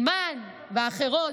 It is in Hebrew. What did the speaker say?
אימאן ואחרות.